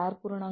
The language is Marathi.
17 4